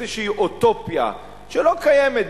איזו אוטופיה שלא קיימת,